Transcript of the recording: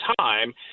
time